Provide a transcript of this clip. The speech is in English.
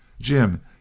Jim